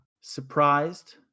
surprised